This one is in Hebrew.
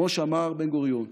כמו שאמר בן-גוריון: